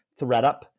ThreadUp